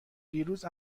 دیروز